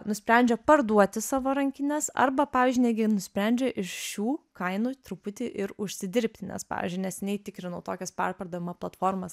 nusprendžia parduoti savo rankines arba pavyzdžiui netgi nusprendžia iš šių kainų truputį ir užsidirbti nes pavyzdžiui neseniai tikrinau tokias perpardavimo platformas